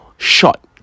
shot